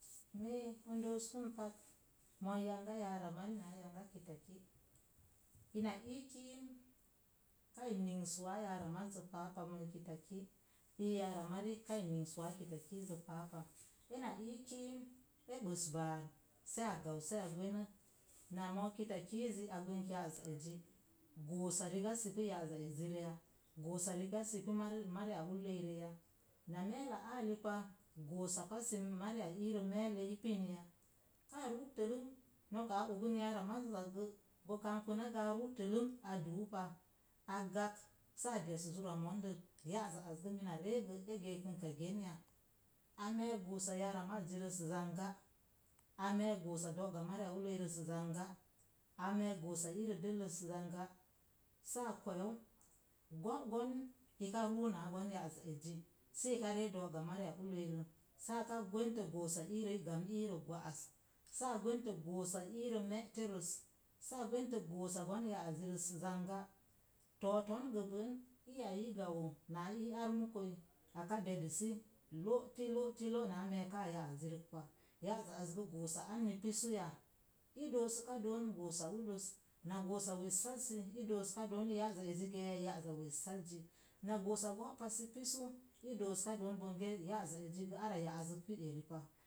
Mii n doo sən pak ii yanga yora mori naa yanga kitaki ina ii kim kai negs wa yara maz paa pa ii yan kitáki ii yanga yara mari kai negs wáá kitakiz zə páapá. Ana ii kiim e gbəs bar sáá sau saa gwenu na moo kitakiz za a gwənik ya'a za ez gos sa rigas ya pi ya'az za eze rə ya. gos sa pasé mari a ulei reei ya na milla alle pa goos sa pas ya mari irə malle i pin ya káá zu bəlling nok a ogən yora maz bo kabibə na aru kulum a duu pa agbə sa a des zura mundel sa a des zura mondel ya'az za az gə mina re gə e gee kin ka gen ya amee goos ya'azzi rə zaŋŋ. a meek gosa doga mori a ulei zagga, a mek sosa ire delles zagga sa kweeu gok gon ik re muka na ya'az azi sə ika re dóga mori a ullei rə sáá a kə gwantə góssa irək gwaaz, sa gwante goósa irə mérə rəs sáá a gwente goossa gwən ya'azi rəs zangŋ toton ge bən iya i gau na ii ar muu kei aka dé disə loti loti lo naa meeka a ya'azi rek pa yaaza roog gə go'sa anni pisu ya idoo sá ka don gósa ulles na gósa wesəs zi i doo sə ka don na gósa gó pas sə pisa pa i doo sə ka bonge ara maazik pi eri pa.